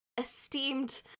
esteemed